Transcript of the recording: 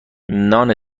نان